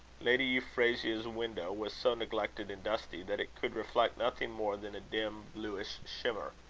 lady euphrasia's window was so neglected and dusty, that it could reflect nothing more than a dim bluish shimmer.